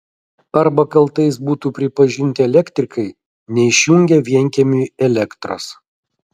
arba kaltais būtų pripažinti elektrikai neišjungę vienkiemiui elektros